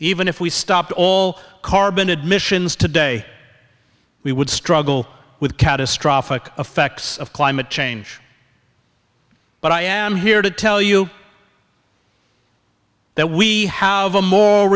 even if we stopped all carbon admissions today we would struggle with catastrophic effects of climate change but i am here to tell you that we have a moral